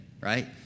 right